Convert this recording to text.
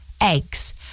eggs